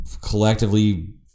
collectively